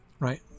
Right